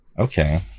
okay